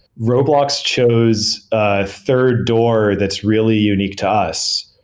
roblox chose a third door that's really unique to us.